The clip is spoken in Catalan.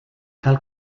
cal